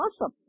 awesome